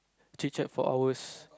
chit-chat for hours